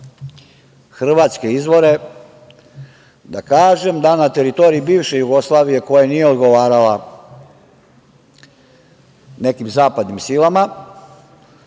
hrvatske izvore, da kažem da na teritoriji bivše Jugoslavije, koja nije odgovarala nekim zapadnim silama